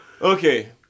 Okay